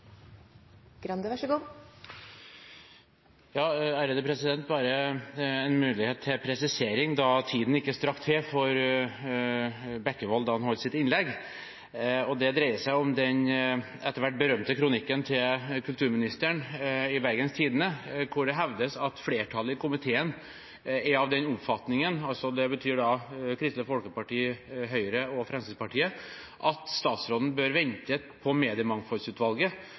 presisering da tiden ikke strakk til for Bekkevold da han holdt sitt innlegg. Det dreier seg om den etter hvert berømte kronikken til kulturministeren i Bergens Tidende, hvor det hevdes at flertallet i komiteen, det betyr Kristelig Folkeparti, Høyre og Fremskrittspartiet, er av den oppfatningen at statsråden bør vente på mediemangfoldsutvalget